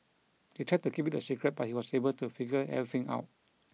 they tried to keep it a secret but he was able to figure everything out